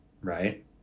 right